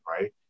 right